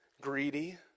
Greedy